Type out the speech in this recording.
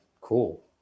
cool